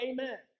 Amen